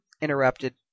interrupted